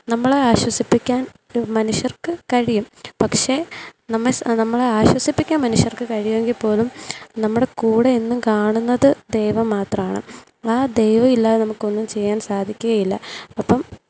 നമ്മളെ ആശ്വസിപ്പിക്കാൻ മനുഷ്യർക്ക് കഴിയും പക്ഷേ നമ്മെ നമ്മളെ ആശ്വസിപ്പിക്കാൻ മനുഷ്യർക്ക് കഴിയോങ്കിൽ പോലും നമ്മുടെ കൂടെ എന്നും കാണുന്നത് ദൈവം മാത്രമാണ് ആ ദൈവമില്ലാതെ നമുക്ക് ഒന്നും ചെയ്യാൻ സാധിക്കുകയില്ല അപ്പം